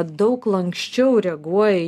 daug lanksčiau reaguoja